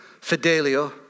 Fidelio